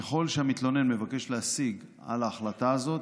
ככל שהמתלונן מבקש להשיג על ההחלטה הזאת,